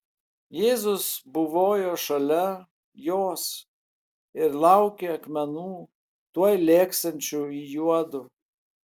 jėzus buvojo šalia jos ir laukė akmenų tuoj lėksiančių į juodu